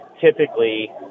typically